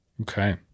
Okay